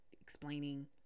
explaining